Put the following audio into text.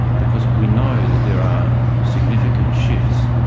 because we know that there are significant shifts,